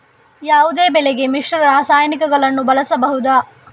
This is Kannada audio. ಯಾವುದೇ ಬೆಳೆಗೆ ಮಿಶ್ರ ರಾಸಾಯನಿಕಗಳನ್ನು ಬಳಸಬಹುದಾ?